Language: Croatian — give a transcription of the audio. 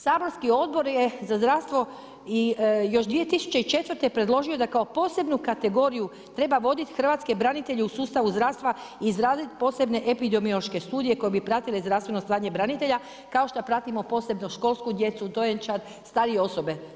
Saborski Odbor je za zdravstvo i još 2004. predložio da kao posebni kategoriju treba voditi hrvatske branitelje u sustavu zdravstva, izraditi posebne epidemiološke studije koje bi pratile zdravstveno stanje branitelja kao što pratimo posebno školsku djecu, dojenčad, starije osobe.